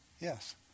Yes